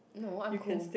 no I'm cool